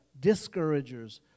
discouragers